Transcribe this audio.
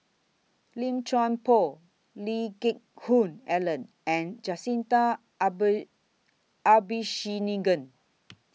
Lim Chuan Poh Lee Geck Hoon Ellen and Jacintha Abisheganaden